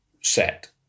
set